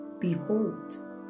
Behold